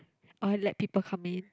or let people come in